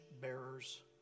bearers